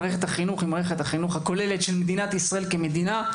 מערכת החינוך היא מערכת החינוך הכוללת של מדינת ישראל כמדינה,